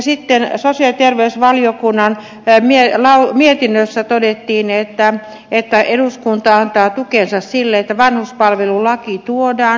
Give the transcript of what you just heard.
sitten sosiaali ja terveysvaliokunnan mietinnössä todettiin että eduskunta antaa tukensa sille että vanhuspalvelulaki tuodaan